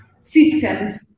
systems